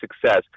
success